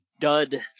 dud